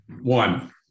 one